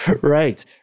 Right